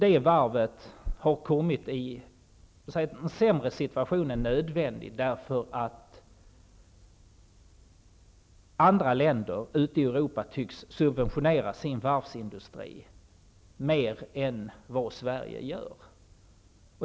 Varvet har kommit i en sämre situation än nödvändigt, eftersom andra länder i Europa tycks subventionera varvsindustrin mer än vad som görs i Sverige.